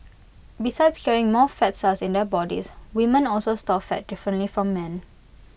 besides carrying more fat cells in their bodies women also store fat differently from men